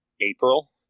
April